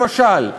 למשל,